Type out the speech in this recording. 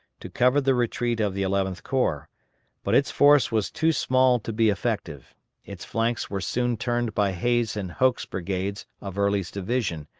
to cover the retreat of the eleventh corps but its force was too small to be effective its flanks were soon turned by hays' and hoke's brigades, of early's division,